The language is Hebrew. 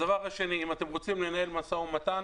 הדבר השני, אם אתם רוצים לנהל משא ומתן,